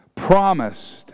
promised